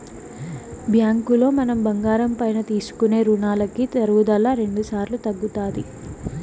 బ్యాంకులో మనం బంగారం పైన తీసుకునే రునాలకి తరుగుదల రెండుసార్లు తగ్గుతాది